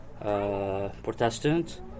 Protestants